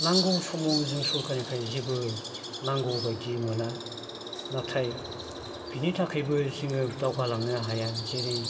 नांगौ समाव जों सरखारनिफ्राय जेबो नांगौ बायदि मोना नाथाय बिनि थाखायबो जोङो दावगा लांनो हाया जेरै